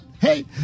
hey